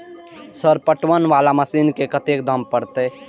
Sir पटवन वाला machine के कतेक दाम परतें?